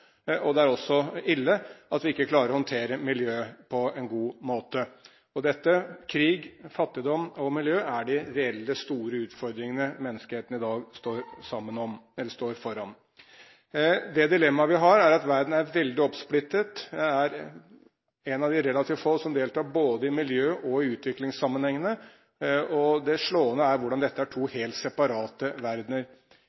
morgen. Det er også ille at vi ikke klarer å håndtere miljøet på en god måte. Alt dette, krig, fattigdom og miljø er de reelle, store utfordringene menneskeheten i dag står foran. Det dilemmaet vi har, er at verden er veldig oppsplittet. Jeg er en blant de relativt få som deltar i både miljø- og utviklingssammenhengene. Det slående er at dette er to